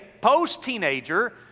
post-teenager